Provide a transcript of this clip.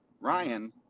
Ryan